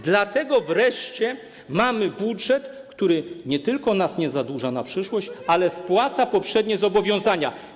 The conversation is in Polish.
Dlatego wreszcie mamy budżet, który nie tylko nas nie zadłuża na przyszłość, ale spłaca poprzednie zobowiązania.